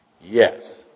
Yes